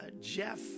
Jeff